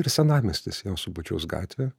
ir senamiestis jo subačiaus gatvė